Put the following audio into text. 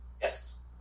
Yes